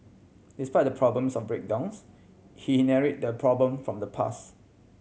despite the problems of breakdowns he inherit the problem from the pass